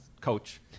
coach